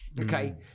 okay